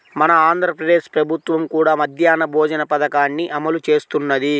మన ఆంధ్ర ప్రదేశ్ ప్రభుత్వం కూడా మధ్యాహ్న భోజన పథకాన్ని అమలు చేస్తున్నది